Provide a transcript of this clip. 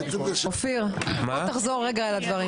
אופיר, תחזור על הדברים.